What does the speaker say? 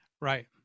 Right